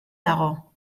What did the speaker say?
dago